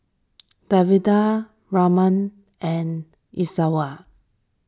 Davinder Ramnath and Iswaran